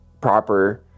proper